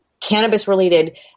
cannabis-related